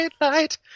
light